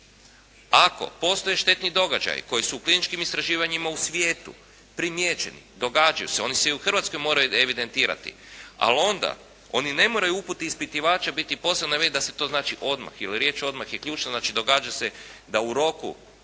Ako postoje štetni događaji koji su u kliničkim istraživanjima u svijetu primijećeni, događaju se. Oni se i u Hrvatskoj moraju evidentirati. Ali onda oni ne moraju u uputi ispitivača biti posebno navedeni da se to znači odmah, jer riječ odmah je ključna. Znači, događa se da u roku